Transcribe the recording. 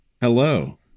hello